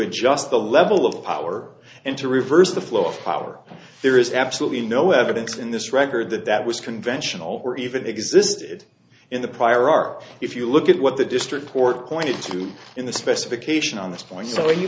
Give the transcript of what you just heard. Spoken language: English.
adjust the level of power and to reverse the flow of power and there is absolutely no evidence in this record that that was conventional or even existed in the prior art if you look at what the district court pointed to in the specification on